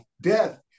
death